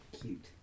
cute